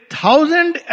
thousand